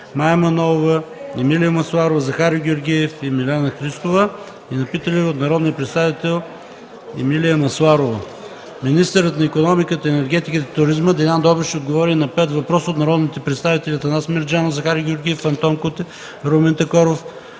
Мая Манолова, Емилия Масларова, Захари Георгиев, и Милена Христова и на питане от народния представител Емилия Масларова. Министърът на икономиката, енергетиката и туризма Делян Добрев ще отговори на 5 въпроса от народните представители Атанас Мерджанов, Захари Георгиев, Антон Кутев, Румен Такоров,